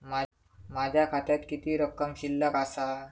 माझ्या खात्यात किती रक्कम शिल्लक आसा?